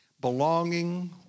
belonging